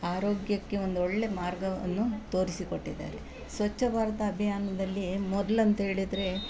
ಆರೋಗ್ಯಕ್ಕೆ ಒಂದೊಳ್ಳೆಯ ಮಾರ್ಗವನ್ನು ತೋರಿಸಿಕೊಟ್ಟಿದ್ದಾರೆ ಸ್ವಚ್ಛ ಭಾರತ ಅಭಿಯಾನದಲ್ಲಿ ಮೊದ್ಲು ಅಂತೇಳಿದರೆ